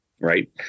right